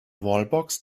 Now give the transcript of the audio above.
wallbox